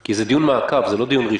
כי זה דיון מעקב, זה לא דיון ראשון.